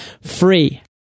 free